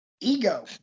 ego